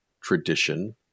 tradition